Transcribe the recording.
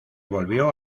volvió